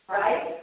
right